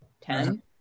ten